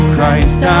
Christ